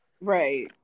Right